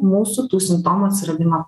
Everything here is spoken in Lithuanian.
mūsų simptomų atsiradimo